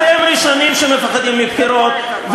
אתם הראשונים שמפחדים מבחירות,